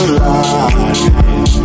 light